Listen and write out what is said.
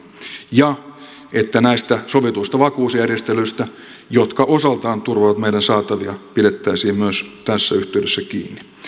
ja että näistä sovituista vakuusjärjestelyistä jotka osaltaan turvaavat meidän saataviamme pidettäisiin myös tässä yhteydessä kiinni